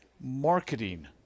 marketing